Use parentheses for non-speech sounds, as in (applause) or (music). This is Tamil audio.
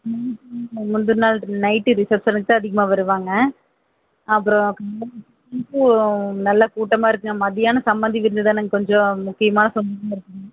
நைட்டு முந்தின நாள் நைட்டு ரிஸப்ஷனுக்கு தான் அதிகமாக வருவாங்க அப்புறம் கல்யாணத்துக்கும் நல்லா கூட்டமாக இருக்கும் மதியானம் சம்மந்தி விருந்துதானங்க கொஞ்சம் முக்கியமாக (unintelligible) இருக்குங்க